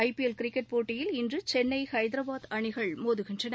IPL cricket போட்டியில் இன்றுசென்னை ஹைதராபாத் அணிகள்மோதுகின்றன